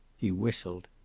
he whistled.